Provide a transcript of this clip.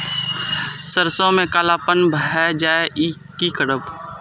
सरसों में कालापन भाय जाय इ कि करब?